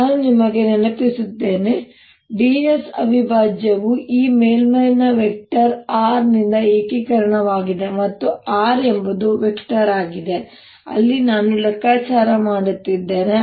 ನಾನು ನಿಮಗೆ ನೆನಪಿಸುತ್ತೇನೆ d s ಅವಿಭಾಜ್ಯವು ಈ ಮೇಲ್ಮೈಯಲ್ಲಿ ವೆಕ್ಟರ್ R ನಿಂದ ಏಕೀಕರಣವಾಗಿದೆ ಮತ್ತು R ಎಂಬುದು ವೆಕ್ಟರ್ ಆಗಿದೆ ಅಲ್ಲಿ ನಾನು ಲೆಕ್ಕಾಚಾರ ಮಾಡುತ್ತಿದ್ದೇನೆ